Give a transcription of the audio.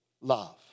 love